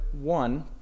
one